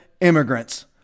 Immigrants